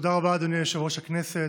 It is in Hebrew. תודה רבה, אדוני יושב-ראש הכנסת.